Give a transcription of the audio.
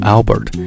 Albert